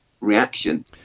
reaction